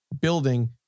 building